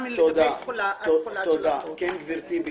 עם כל הכבוד, אני